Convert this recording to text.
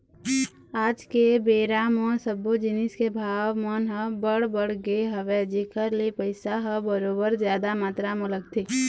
आज के बेरा म सब्बो जिनिस के भाव मन ह बड़ बढ़ गे हवय जेखर ले पइसा ह बरोबर जादा मातरा म लगथे